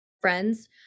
friends